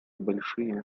большие